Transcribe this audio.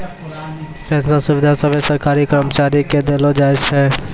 pension सुविधा सभे सरकारी कर्मचारी के देलो जाय छै